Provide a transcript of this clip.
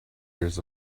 years